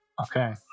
Okay